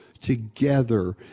together